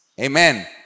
Amen